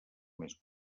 més